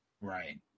Right